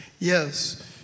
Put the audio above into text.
Yes